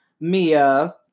Mia